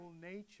nature